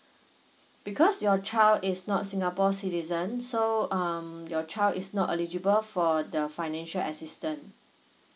because your child is not singapore citizen so um your child is not eligible for the financial assistant